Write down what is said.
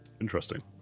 Interesting